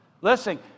Listen